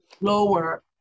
lower